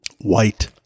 White